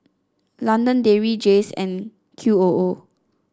London Dairy Jays and Q O O